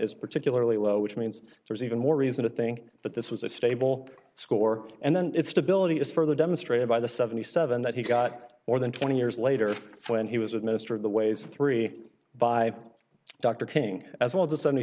is particularly low which means there's even more reason to think that this was a stable score and then its stability is further demonstrated by the seventy seven that he got more than twenty years later when he was administered the ways three by dr king as well